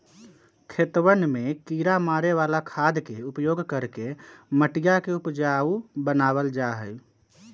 खेतवन में किड़ा मारे वाला खाद के उपयोग करके मटिया के उपजाऊ बनावल जाहई